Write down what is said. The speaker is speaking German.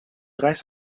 reis